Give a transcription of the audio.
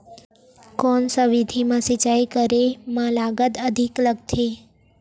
कोन सा विधि म सिंचाई करे म लागत अधिक लगथे?